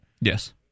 Yes